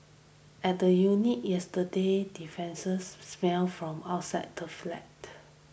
at the unit yesterday smelt from outside the flat